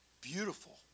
beautiful